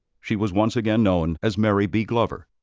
she was once again known as mary b. glover.